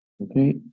Okay